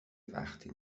وقتی